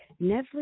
Netflix